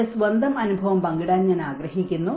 എന്റെ സ്വന്തം അനുഭവം പങ്കിടാൻ ഞാൻ ആഗ്രഹിക്കുന്നു